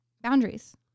Boundaries